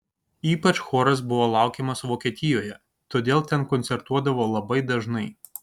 ypač choras buvo laukiamas vokietijoje todėl ten koncertuodavo labai dažnai